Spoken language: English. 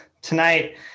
Tonight